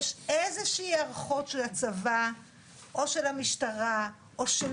יש איזושהי היערכות של הצבא או של המשטרה או של